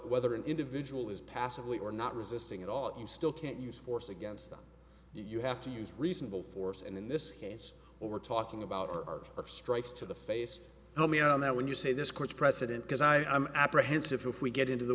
whether an individual is passably or not resisting at all and still can't use force against them you have to use reasonable force and in this case we're talking about are are strikes to the face now me on that when you say this court's precedent because i am apprehensive if we get into the